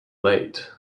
late